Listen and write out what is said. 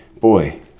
boy